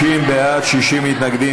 50 בעד, 60 מתנגדים.